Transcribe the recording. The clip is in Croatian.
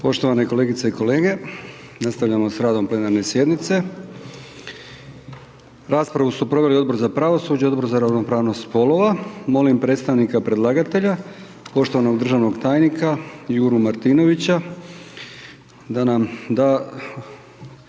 Poštovane kolegice i kolege, nastavljamo s radom plenarne sjednice. Raspravu su proveli Odbor za pravosuđe, Odbor za ravnopravnost spolova. Molim predstavnika predlagatelja, poštovanog državnog tajnika Juru Martinovića da nam da